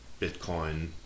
Bitcoin